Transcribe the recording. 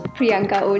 Priyanka